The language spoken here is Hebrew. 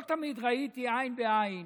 לא תמיד ראיתי עין בעין,